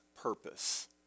purpose